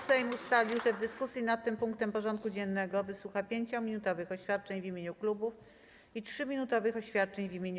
Sejm ustalił, że w dyskusji nad tym punktem porządku dziennego wysłucha 5-minutowych oświadczeń w imieniu klubów i 3-minutowych oświadczeń w imieniu kół.